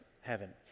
heaven